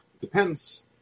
depends